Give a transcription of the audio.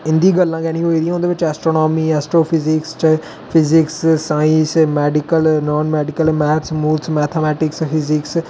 इं'दी गल्लां गै निं होई दियां उं'दे बिच astronomy astrophysics science medical non medical maths मूथ्स मैथामैटिक्स फिजिक्स